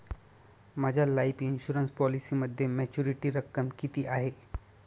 माझ्या life insurance पॉलिसीमध्ये maturity रक्कम किती आहे?